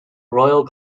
royal